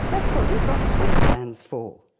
that's what we've got sweat glands for.